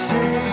Say